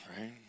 right